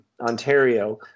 Ontario